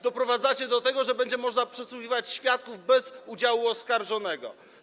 Doprowadzacie do tego, że będzie można przesłuchiwać świadków bez udziału oskarżonego.